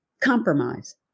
compromise